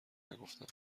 نگفتم